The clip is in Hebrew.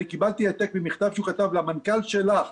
אני קיבלתי העתק ממכתב שהוא כתב למנכ"ל שלך,